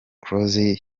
close